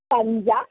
पञ्च